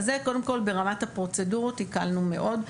אז זה קודם כל ברמת הפרוצדורות הקלנו מאוד,